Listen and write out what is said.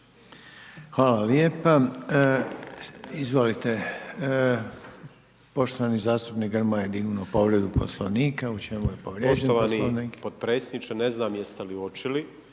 Hvala lijepa, izvolite, poštovani zastupnik Grmoja je dignuo povredu poslovnika. U čemu je povrijeđen Poslovnik?